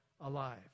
alive